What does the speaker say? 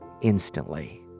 instantly